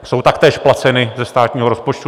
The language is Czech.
Jsou taktéž placena ze státního rozpočtu.